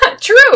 True